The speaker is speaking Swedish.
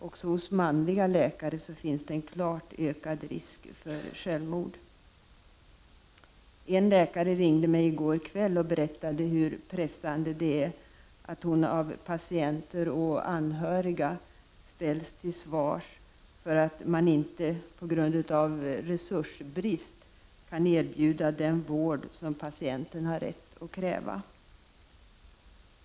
Också bland manliga läkare är risken för självmord klart större. En kvinnlig läkare ringde mig i går kväll och berättade hur pressande det är för henne att av patienter och anhöriga ställas till svars för att det på grund av resursbrist inte går att erbjuda den vård som patienten har rätt att kräva.